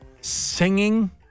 Singing